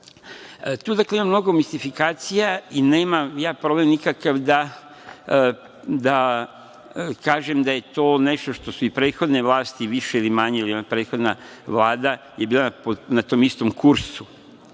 Švedske. Tu ima mnogo mistifikacija i nemam ja problem nikakav da kažem da je to nešto što su i prethodne vlasti više ili manje, ili ona prethodna Vlada je bila na tom istom kursu,